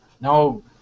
No